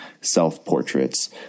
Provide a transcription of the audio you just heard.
self-portraits